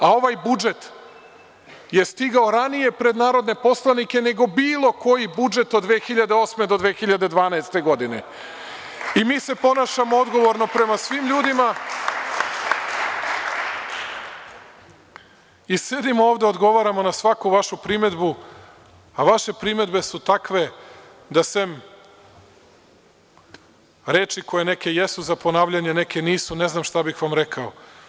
A ovaj budžet je stigao ranije pred narodne poslanike, nego bilo koji budžet od 2008. do 2012. godine i mi se ponašamo odgovorno prema svim ljudima i sedimo ovde i odgovaramo na svaku vašu primedbu, a vaše primedbe su takve da sem reči koje jesu za ponavljanje, neke nisu, ne znam šta bih vam rekao.